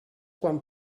quan